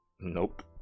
Nope